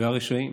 והרשעים